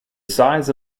size